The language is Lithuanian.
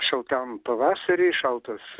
šaltam pavasariui šaltos